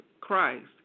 Christ